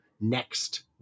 Next